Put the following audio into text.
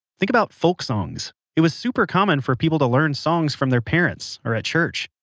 think about folk songs. it was super common for people to learn songs from their parents or at church,